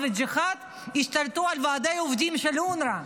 והג'יהאד השתלטו על ועדי העובדים של אונר"א.